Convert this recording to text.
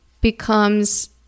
becomes